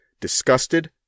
disgusted